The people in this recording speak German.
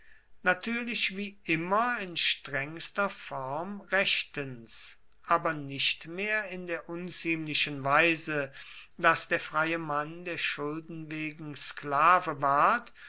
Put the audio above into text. natürlich wie immer in strengster form rechtens aber nicht mehr in der unziemlichen weise daß der freie mann der schulden wegen sklave ward